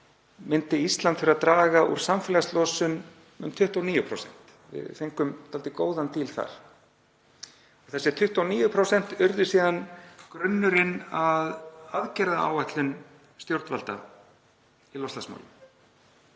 myndi Ísland þurfa að draga úr samfélagslosun um 29%, við fengum dálítið góðan díl þar. Þessi 29% urðu síðan grunnurinn að aðgerðaáætlun stjórnvalda í loftslagsmálum.